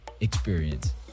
experience